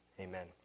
Amen